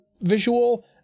visual